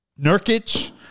Nurkic